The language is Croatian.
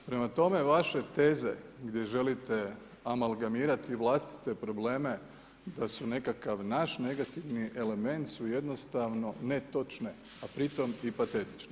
Prema tome vaše teze gdje želite amalgamirati vlastite probleme da su nekakav naš negativni element su jednostavno netočne a pri tome i patetične.